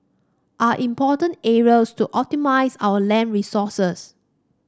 are important areas to optimise our land resources